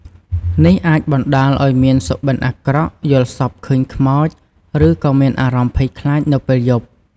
នេះអាចបណ្ដាលឱ្យមាន សុបិន្តអាក្រក់ យល់សប្ដិឃើញខ្មោច ឬក៏មានអារម្មណ៍ភ័យខ្លាចនៅពេលយប់។